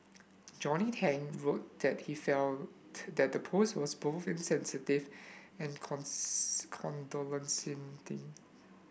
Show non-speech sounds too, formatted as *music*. Johnny Tang wrote that he felt that the post was both insensitive and *unintelligible*